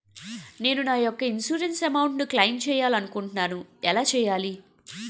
నేను నా యెక్క ఇన్సురెన్స్ అమౌంట్ ను క్లైమ్ చేయాలనుకుంటున్నా ఎలా చేయాలి?